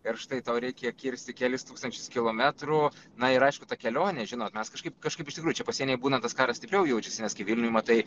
ir štai tau reikia kirsti kelis tūkstančius kilometrų na ir aišku ta kelionė žinot mes kažkaip kažkaip iš tikrųjų čia pasienyje būnant tas karas stipriau jaučiasi nes kai vilniuj matai